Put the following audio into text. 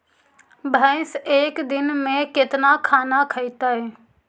भैंस एक दिन में केतना खाना खैतई?